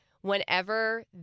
whenever